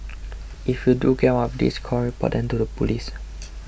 if you do get one of these calls report them to the police